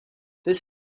this